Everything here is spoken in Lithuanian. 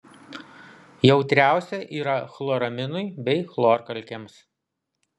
jautriausia yra chloraminui bei chlorkalkėms